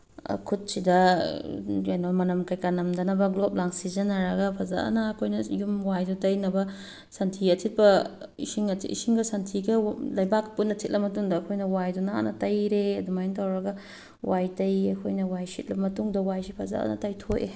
ꯈꯨꯠꯁꯤꯗ ꯀꯩꯅꯣ ꯃꯅꯝ ꯀꯩꯀꯥ ꯅꯝꯗꯅꯕ ꯒ꯭ꯂꯣꯞ ꯂꯥꯡ ꯁꯤꯖꯤꯟꯅꯔꯒ ꯐꯖꯅ ꯑꯩꯈꯣꯏꯅ ꯌꯨꯝ ꯋꯥꯏꯗꯣ ꯇꯩꯅꯕ ꯁꯟꯊꯤ ꯑꯊꯤꯠꯄ ꯏꯁꯤꯡ ꯏꯁꯤꯡꯒ ꯁꯟꯊꯤꯒ ꯂꯩꯕꯥꯛ ꯄꯨꯟꯅ ꯊꯤꯠꯂ ꯃꯇꯨꯡꯗ ꯑꯩꯈꯣꯏꯅ ꯋꯥꯏꯗꯣ ꯅꯥꯟꯅ ꯇꯩꯔꯦ ꯑꯗꯨꯃꯥꯏꯅ ꯇꯧꯔꯒ ꯋꯥꯏ ꯇꯩ ꯑꯩꯈꯣꯏꯅ ꯋꯥꯏ ꯁꯤꯠꯂ ꯃꯇꯨꯡꯗ ꯋꯥꯏꯁꯦ ꯐꯖꯅ ꯇꯩꯊꯣꯛꯑꯦ